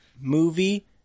movie